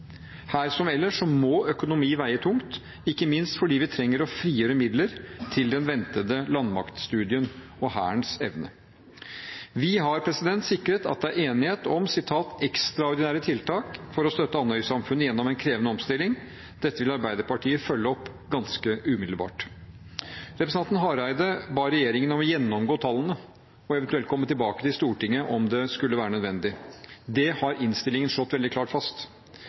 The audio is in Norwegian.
Her som ellers må økonomi veie tungt, ikke minst fordi vi trenger å frigjøre midler til den ventede landmaktstudien og Hærens evne. Vi har sikret at det er enighet om ekstraordinære tiltak for å støtte Andøy-samfunnet gjennom en krevende omstilling. Dette vil Arbeiderpartiet følge opp ganske umiddelbart. Representanten Hareide ba regjeringen om å gjennomgå tallene og eventuelt komme tilbake til Stortinget om det skulle være nødvendig. Det har innstillingen slått veldig klart fast.